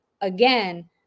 Again